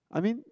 I mean